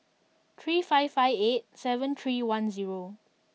three five five eight seven three one zero